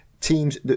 teams